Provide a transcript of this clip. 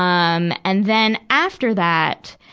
um and then after that,